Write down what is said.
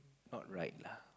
not right lah